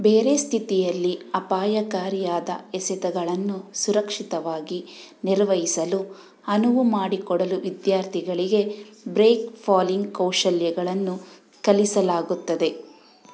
ಬೇರೆ ಸ್ಥಿತಿಯಲ್ಲಿ ಅಪಾಯಕಾರಿಯಾದ ಎಸೆತಗಳನ್ನು ಸುರಕ್ಷಿತವಾಗಿ ನಿರ್ವಹಿಸಲು ಅನುವು ಮಾಡಿಕೊಡಲು ವಿದ್ಯಾರ್ಥಿಗಳಿಗೆ ಬ್ರೇಕ್ ಫಾಲಿಂಗ್ ಕೌಶಲ್ಯಗಳನ್ನು ಕಲಿಸಲಾಗುತ್ತದೆ